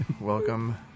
Welcome